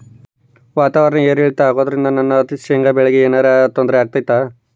ವಾತಾವರಣ ಏರಿಳಿತ ಅಗೋದ್ರಿಂದ ನನ್ನ ಶೇಂಗಾ ಬೆಳೆಗೆ ಏನರ ತೊಂದ್ರೆ ಆಗ್ತೈತಾ?